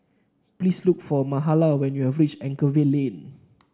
please look for Mahala when you have reach Anchorvale Lane